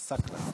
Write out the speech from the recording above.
עסאקלה.